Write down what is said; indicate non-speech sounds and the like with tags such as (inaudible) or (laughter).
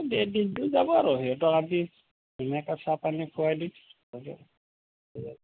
গোটেই দিনটো যাব আৰু সিহঁতৰ আমি ধুনীয়াকৈ চাহ পানী খোৱাই দিম হ'ব (unintelligible)